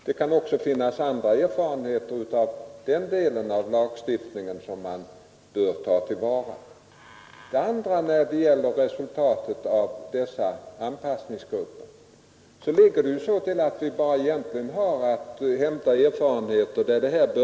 Det kan också finnas andra erfarenheter av denna del av lagstiftningen som bör tas till vara. När det vidare gäller resultatet av anpassningsgruppernas verksamhet finns det egentligen bara erfarenheter för ett par år.